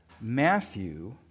Matthew